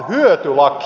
hyötylaki